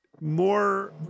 more